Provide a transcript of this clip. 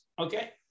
Okay